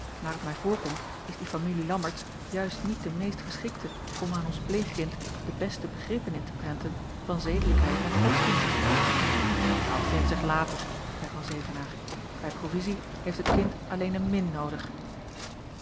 naar t mij voorkomt is die familie lammertsz juist niet de meest geschikte om aan ons pleegkind de beste begrippen in te prenten van zedelijkheid en godsdienst dat vindt zich later zeî van zevenaer bij provizie heeft het kind alleen een min noodig